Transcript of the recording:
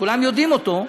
שכולם מכירים אותו,